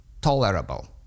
tolerable